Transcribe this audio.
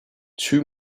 too